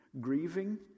grieving